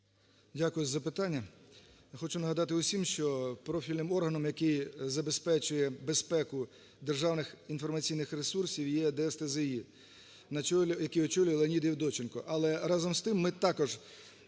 Дякую за питання. Хочу нагадати всім, що профільним органом, який забезпечує безпеку державних інформаційних ресурсів, є ДСТЗІ, який очолює Леонід Євдоченко.